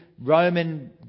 Roman